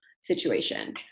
situation